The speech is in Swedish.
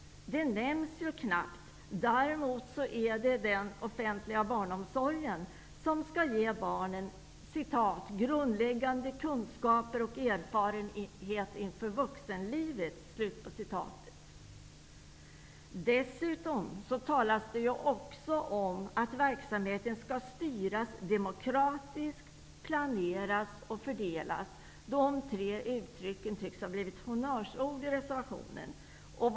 Men de nämns knappt. Däremot skall den offentliga barnomsorgen ge barnen ''grundläggande kunskaper och erfarenhet inför vuxenlivet''. Dessutom talas det om att verksamheten skall styras demokratiskt och om planering och fördelning. De tre sakerna i reservationen tycks ha blivit honnörsbegrepp.